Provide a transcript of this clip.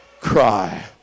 cry